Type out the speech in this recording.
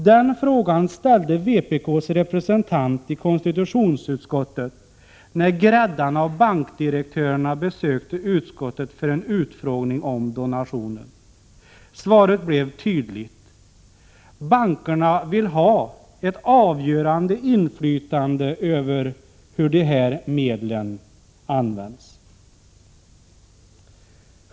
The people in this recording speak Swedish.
Den frågan ställde vpk:s representant i konstitutionsutskottet när gräddan av bankdirektörerna besökte utskottet för en utfrågning om donationen. Svaret blev tydligt: bankerna vill ha ett avgörande inflytande över hur de här medlen används.